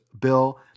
bill